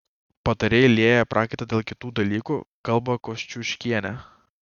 patarėjai lieja prakaitą dėl kitų dalykų kalba kosciuškienė